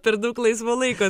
per daug laisvo laiko